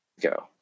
go